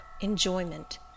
enjoyment